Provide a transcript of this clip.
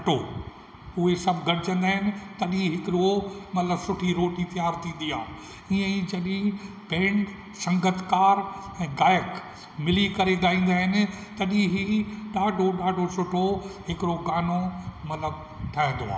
अटो उहे सभु गॾिजंदा आहिनि तॾहिं हिकिड़ो मतलबु सुठी रोटी तैयार थींदी आहे इयं ई जॾहिं बैंड संगीतकार ऐं गायक मिली करे ॻाईंदा आहिनि तॾहिं ही ॾाढो ॾाढो सुठो हिकिड़ो गानो मतलबु ठहंदो आहे